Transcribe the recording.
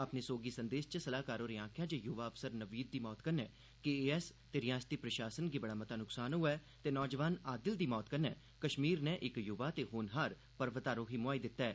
अपने सोगी संदेस च सलाह्कार होरें आखेआ ऐ जे युवा अफसर नवीद दी मौत कन्नै के ए एस ते रिआसती प्रशासन गी बड़ा मता नुक्सान होआ ऐ ते नौजवान आदिल दी मौत कन्नै कश्मीर नै इक युवा ते होनहार पर्वातारोही मुहाई दित्ता ऐ